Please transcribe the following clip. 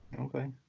Okay